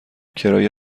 کرایه